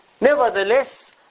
Nevertheless